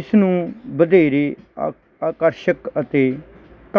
ਇਸ ਨੂੰ ਵਧੇਰੇ ਆ ਆਕਰਸ਼ਕ ਅਤੇ